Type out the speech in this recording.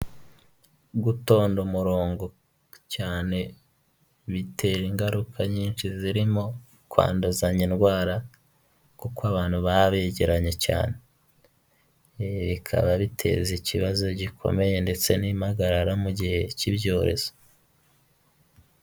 Igiceri cy'u Rwanda cyanditseho banke nasiyonari di Rwanda, bigaragara ko cyakozwe mu mwaka w' igihumbi kimwe magana cyenda mirongo irindwi na karindwi, kandi iki giceri gishushanyijeho igitoki bigaragara ko mu Rwanda haba insina nyinshi.